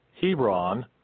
Hebron